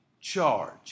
charge